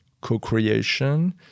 co-creation